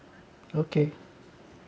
okay